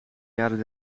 jaren